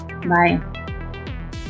Bye